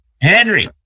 Henry